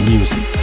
Music